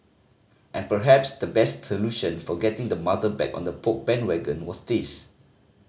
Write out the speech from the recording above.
and perhaps the best solution for getting the mother back on the Poke bandwagon was this